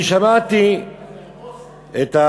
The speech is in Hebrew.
אני שמעתי את,